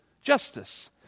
Justice